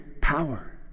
power